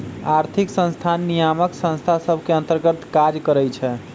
आर्थिक संस्थान नियामक संस्था सभ के अंतर्गत काज करइ छै